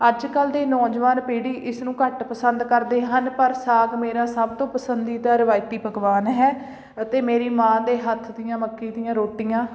ਅੱਜ ਕੱਲ੍ਹ ਦੇ ਨੌਜਵਾਨ ਪੀੜ੍ਹੀ ਇਸ ਨੂੰ ਘੱਟ ਪਸੰਦ ਕਰਦੇ ਹਨ ਪਰ ਸਾਗ ਮੇਰਾ ਸਭ ਤੋਂ ਪਸੰਦੀਦਾ ਰਿਵਾਇਤੀ ਪਕਵਾਨ ਹੈ ਅਤੇ ਮੇਰੀ ਮਾਂ ਦੇ ਹੱਥ ਦੀਆਂ ਮੱਕੀ ਦੀਆਂ ਰੋਟੀਆਂ